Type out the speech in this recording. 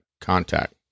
contact